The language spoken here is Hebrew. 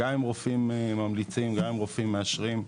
גם עם רופאים ממליצים וגם עם רופאים מאשרים.